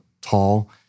tall